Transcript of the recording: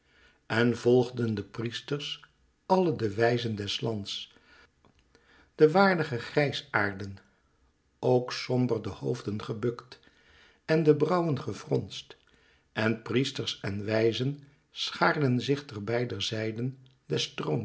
en volgden de priesters alle de wijzen des lands de waardige grijsaarden ook somber de hoofden gebukt en de brauwen gefronst en priesters en wijzen schaarden zich ter beider zijden des